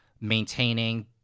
maintaining